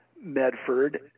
Medford